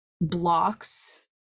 blocks